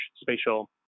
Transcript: spatial